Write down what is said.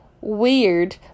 weird